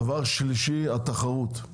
הדבר השלישי הוא התחרות.